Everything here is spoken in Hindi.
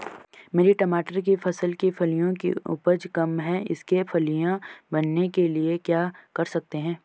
मेरी मटर की फसल की फलियों की उपज कम है इसके फलियां बनने के लिए क्या कर सकते हैं?